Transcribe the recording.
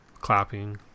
Clapping